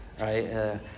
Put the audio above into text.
right